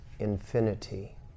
infinity